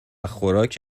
خوراک